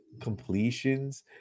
completions